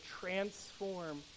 transform